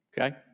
Okay